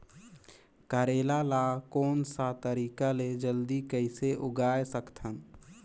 करेला ला कोन सा तरीका ले जल्दी कइसे उगाय सकथन?